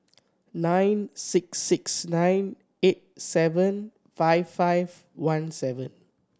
nine six six nine eight seven five five one seven